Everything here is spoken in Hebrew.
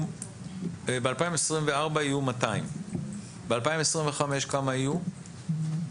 ב-2024 יהיו 200. ב-2025, כמה יהיו?